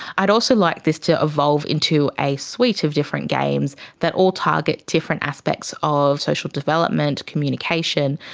i'd also like this to evolve into a suite of different games that all target different aspects of social development, communication,